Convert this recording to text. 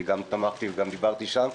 ואני גם תמכתי וגם דיברתי שם.